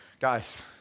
guys